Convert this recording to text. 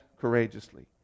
courageously